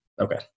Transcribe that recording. Okay